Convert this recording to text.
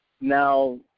Now